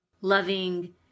loving